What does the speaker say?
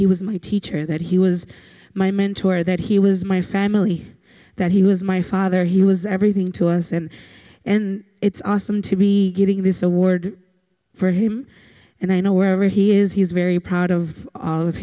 he was my teacher that he was my mentor that he was my family that he was my father he was everything to us and and it's awesome to be giving this award for him and i know where he is he's very proud of